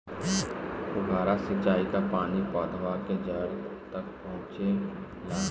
फुहारा सिंचाई का पानी पौधवा के जड़े तक पहुचे ला?